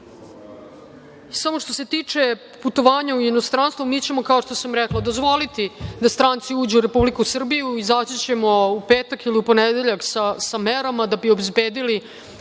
kažu. Samo što se tiče putovanja u inostranstvo, mi ćemo kao što sam rekla dozvoliti da stranci uđu u Republiku Srbiju. Izaći ćemo u petak ili ponedeljak sa merama da bi obezbedili